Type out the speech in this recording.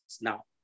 now